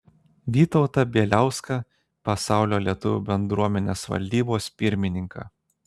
vytautą bieliauską pasaulio lietuvių bendruomenės valdybos pirmininką